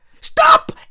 Stop